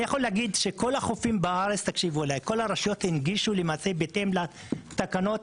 להגיד שכל החופים בארץ כל הרשויות הנגישו בהתאם לתקנות